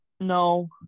No